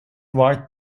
ward